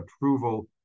approval